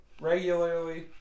regularly